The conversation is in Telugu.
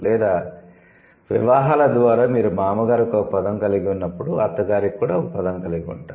లేదా వివాహాల ద్వారా మీరు 'మామ గారికి' ఒక పదం కలిగి ఉన్నప్పుడు 'అత్తగారికి' కూడా ఒక పదం కలిగి ఉంటారు